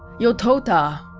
yotota